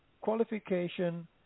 Qualification